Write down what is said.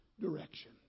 direction